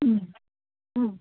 ಹ್ಞೂ ಹ್ಞೂ